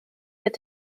wird